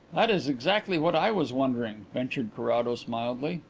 that is exactly what i was wondering, ventured carrados mildly.